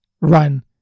run